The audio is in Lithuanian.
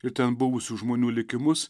ir ten buvusių žmonių likimus